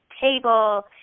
table